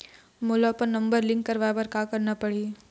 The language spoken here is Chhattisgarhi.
मोला अपन नंबर लिंक करवाये बर का करना पड़ही?